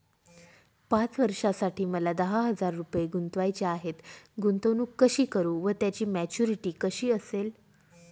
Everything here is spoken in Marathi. पाच वर्षांसाठी मला दहा हजार रुपये गुंतवायचे आहेत, गुंतवणूक कशी करु व त्याची मॅच्युरिटी कशी असेल?